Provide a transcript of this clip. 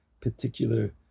particular